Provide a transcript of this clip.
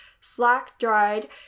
slack-dried